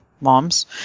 moms